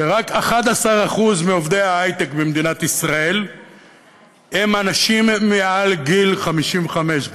שרק 11% מעובדי ההייטק במדינת ישראל הם מעל גיל 55,